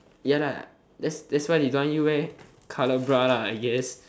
ya lah that's that's why they don't want you to wear coloured bra lah I guess